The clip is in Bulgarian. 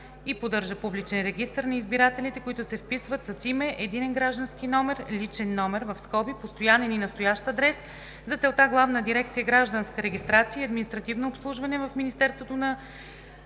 и поддържа публичен регистър на избирателите, които се вписват с име, единен граждански номер (личен номер), постоянен и настоящ адрес; за целта Главна дирекция „Гражданска регистрация и административно обслужване“ в Министерството на